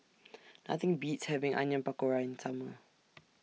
Nothing Beats having Onion Pakora in Summer